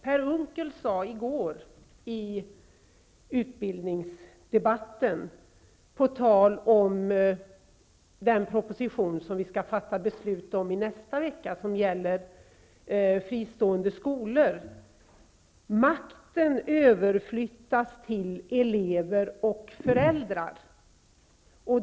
Per Unckel sade i går i utbildningsdebatten, på tal om den proposition vi skall fatta beslut om i nästa vecka och som gäller fristående skolor: Makten överflyttas till elever och föräldrar.